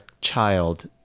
child